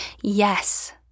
Yes